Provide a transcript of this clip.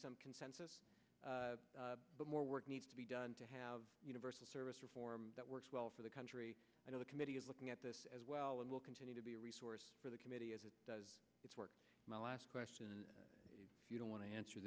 some consensus but more work needs to be done to have universal service reform that works well for the country i know the committee is looking at this as well and will continue to be a resource for the committee as it does its work my last question you don't want to answer